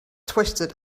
twisted